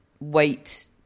wait